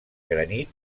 granit